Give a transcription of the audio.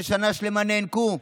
ששנה שלמה נאנקו.